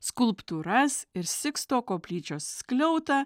skulptūras ir siksto koplyčios skliautą